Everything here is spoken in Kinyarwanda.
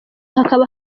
hakaba